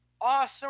awesome